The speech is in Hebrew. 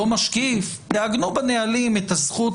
לא משקיף, תעגנו בנהלים את הזכות